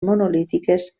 monolítiques